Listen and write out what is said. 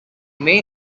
may